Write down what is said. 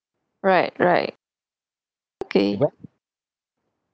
right right okay